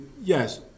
yes